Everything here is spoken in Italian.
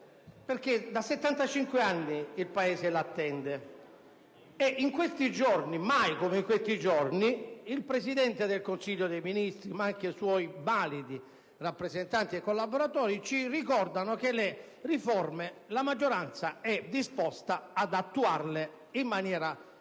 perché da 75 anni il Paese l'attende. In questi giorni, e mai come in questi giorni, il Presidente del Consiglio dei ministri, ma anche suoi validi rappresentanti e collaboratori, ci ricordano che la maggioranza è disposta ad attuare le riforme